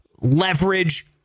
leverage